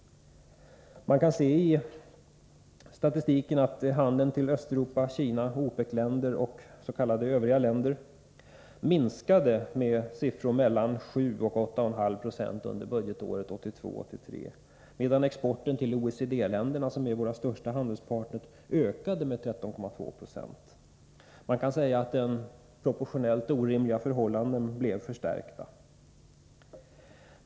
Statistiken visar att handeln med Östeuropa, Kina, OPEC-länderna och s.k. övriga länder minskade med 7-8,5 20 under budgetåret 1982/83, medan exporten till OECD-länderna, som är våra största handelspartner, ökade med 13,2 76. Proportionellt orimliga förhållanden förstärktes alltså.